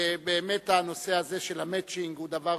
ובאמת הנושא הזה של ה"מצ'ינג" הוא דבר